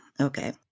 Okay